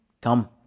Come